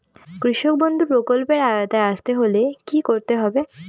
কৃষকবন্ধু প্রকল্প এর আওতায় আসতে হলে কি করতে হবে?